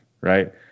Right